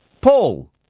Paul